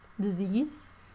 disease